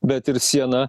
bet ir sieną